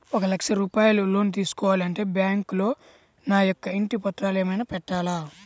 ఒక లక్ష రూపాయలు లోన్ తీసుకోవాలి అంటే బ్యాంకులో నా యొక్క ఇంటి పత్రాలు ఏమైనా పెట్టాలా?